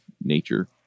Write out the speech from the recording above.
nature